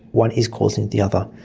one is causing the other.